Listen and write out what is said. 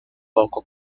poco